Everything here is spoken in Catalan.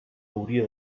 hauria